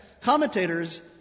commentators